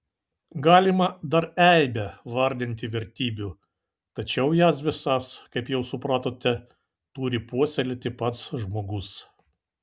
galima dar eibę vardinti vertybių tačiau jas visas kaip jau supratote turi puoselėti pats žmogus